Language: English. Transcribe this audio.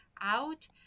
out